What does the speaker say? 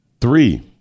three